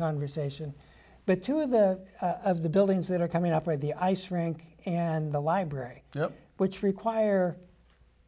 conversation but two of the of the buildings that are coming up are the ice rink and the library which require